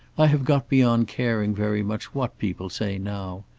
i have got beyond caring very much what people say now.